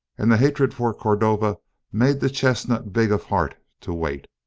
and the hatred for cordova made the chestnut big of heart to wait.